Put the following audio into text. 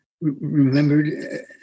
remembered